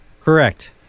correct